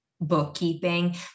bookkeeping